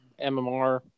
MMR